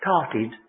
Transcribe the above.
started